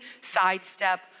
sidestep